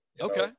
Okay